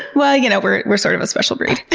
well, you know we're we're sort of a special breed.